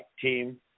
team